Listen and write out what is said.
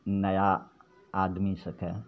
नया आदमी सभकेँ